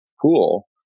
pool